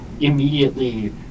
immediately